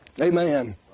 Amen